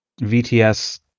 VTS